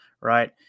right